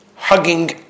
Hugging